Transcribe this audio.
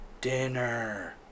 Dinner